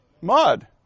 Mud